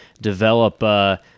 develop